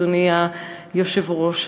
אדוני היושב-ראש.